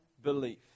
Belief